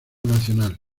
nacional